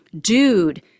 Dude